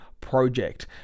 project